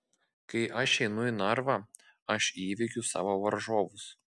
kai aš einu į narvą aš įveikiu savo varžovus